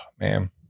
Man